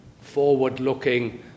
forward-looking